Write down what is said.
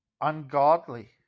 ungodly